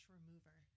Remover